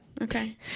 Okay